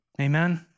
Amen